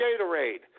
Gatorade